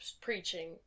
preaching